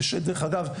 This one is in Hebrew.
ודרך אגב,